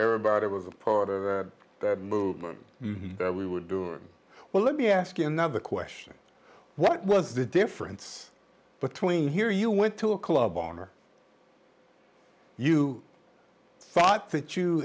everybody was a part of that movement that we would do it well let me ask you another question what was the difference between here you went to a club owner you thought t